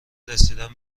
رسیدن